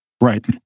Right